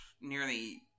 nearly